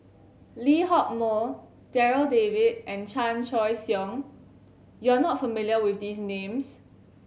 Lee Hock Moh Darryl David and Chan Choy Siong you are not familiar with these names